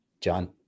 John